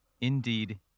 Indeed